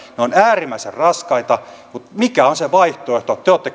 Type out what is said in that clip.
ne ovat äärimmäisen raskaita mutta mikä on se vaihtoehto te olette